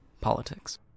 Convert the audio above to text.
Politics